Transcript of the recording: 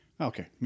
Okay